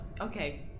okay